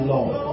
Lord